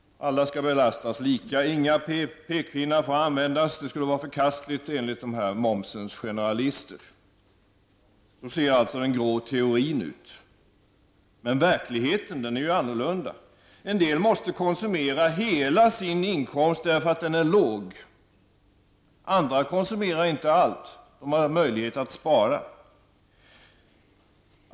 Alla skall belastas lika. Inga pekpinnar får användas -- det skulle vara förkastligt enligt dessa momsens generalister. Så ser alltså den grå teorin ut. Men verkligheten är annorlunda. En del måste konsumera hela sin inkomst därför att den är låg. Andra konsumerar inte allt och har således möjligheter att spara.